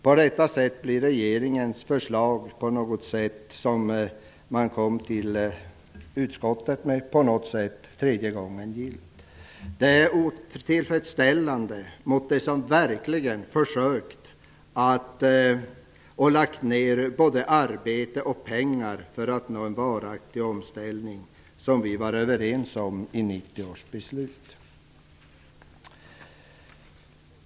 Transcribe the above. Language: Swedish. På detta sätt blir regeringens förslag på något sätt tredje gången gillt. Det är otillfredsställande mot dem som verkligen lagt ner både arbete och pengar för att nå en varaktig omställning, som vi var överens om i 1990 års beslut.